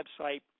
website